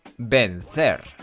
vencer